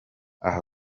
aha